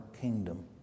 kingdom